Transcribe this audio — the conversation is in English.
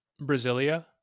Brasilia